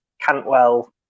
Cantwell